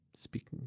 Speaking